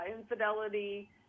infidelity